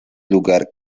lugar